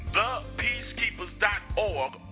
thepeacekeepers.org